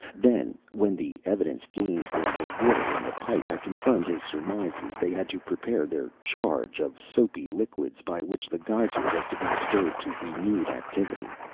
then, when the evidence gained from the water in the pipe had confirmed his surmises, they had to prepare their charge of soapy liquids by which the geyser was to be stirred to renewed activity.